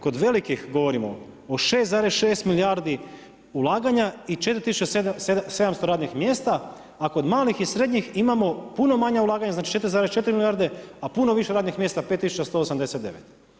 Kod velikih govorimo o 6,6 milijardi ulaganja i 4700 radnih mjesta, a kod malih i srednjih imamo puno manja ulaganja, znači 4,4 milijarde, a puno više radnih mjesta 5189.